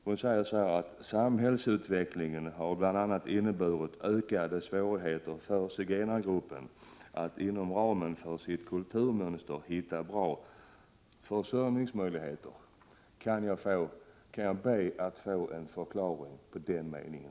Hon säger: ”Samhällsutvecklingen har bl.a. inneburit ökade svårigheter för zigenargruppen att inom ramen för sitt kulturmönster hitta bra försörjningsmöjligheter.” Kan jag få en förklaring till den meningen?